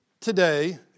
today